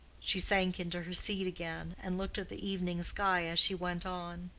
she sank into her seat again, and looked at the evening sky as she went on